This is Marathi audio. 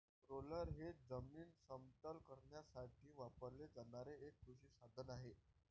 रोलर हे जमीन समतल करण्यासाठी वापरले जाणारे एक कृषी साधन आहे